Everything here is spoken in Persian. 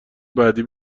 بعدی